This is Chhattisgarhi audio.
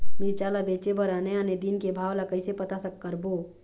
मिरचा ला बेचे बर आने आने दिन के भाव ला कइसे पता करबो?